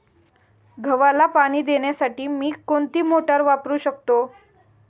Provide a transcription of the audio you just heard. गव्हाला पाणी देण्यासाठी मी कोणती मोटार वापरू शकतो?